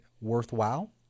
worthwhile